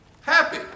happy